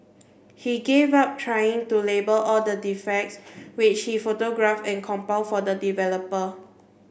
he gave up trying to label all the defects which he photograph and compile for the developer